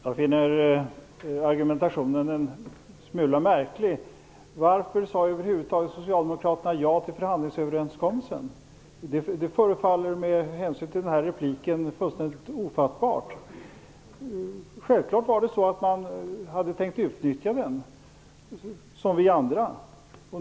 Fru talman! Jag finner argumentationen en smula märklig. Varför sade över huvud taget Socialdemokraterna ja till förhandlingsöverenskommelsen? Det förefaller med hänsyn till denna replik fullständigt ofattbart. Självfallet hade man tänkt utnyttja den, som vi andra.